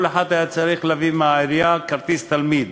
כל אחד היה צריך להביא מהעירייה כרטיס תלמיד,